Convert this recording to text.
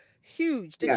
huge